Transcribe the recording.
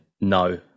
no